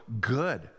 good